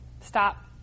stop